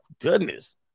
Goodness